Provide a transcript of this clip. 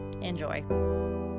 Enjoy